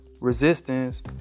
resistance